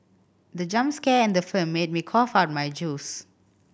the jump scare in the film made me cough out my juice